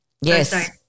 Yes